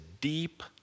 deep